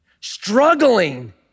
struggling